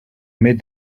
made